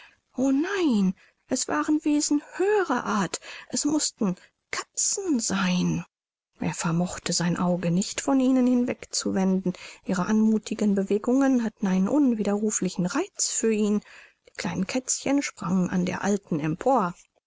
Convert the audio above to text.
o nein es waren wesen höherer art es mußten katzen sein er vermochte sein auge nicht von ihnen hinwegzuwenden ihre anmuthigen bewegungen hatten einen unwiderruflichen reiz für ihn die kleinen kätzchen sprangen an der alten empor